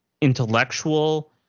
intellectual